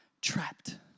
trapped